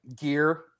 gear